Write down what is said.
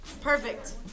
Perfect